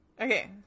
Okay